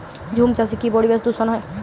ঝুম চাষে কি পরিবেশ দূষন হয়?